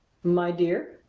my dear?